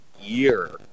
year